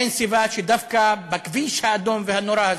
אין סיבה שדווקא בכביש האדום והנורא הזה,